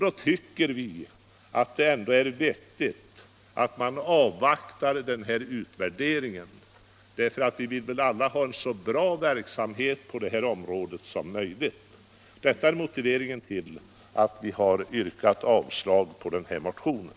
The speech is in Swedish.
Då tycker vi att det ändå är vettigt att man avvaktar denna utvärdering, för vi vill väl alla ha en så bra verksamhet på detta område som möjligt. Det är motiveringen till att vi har yrkat avslag på motionen.